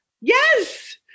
Yes